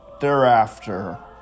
thereafter